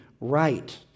Right